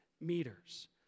meters